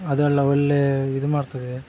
ಅದೆಲ್ಲ ಒಳ್ಳೆ ಇದು ಮಾಡ್ತದೆ